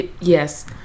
Yes